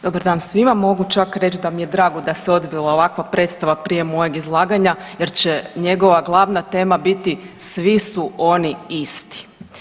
Dobar dan svima, mogu čak reći da mi je drago se odvila ovakva predstava prije mojeg izlaganja će njegova glavna tema biti svi su oni isti.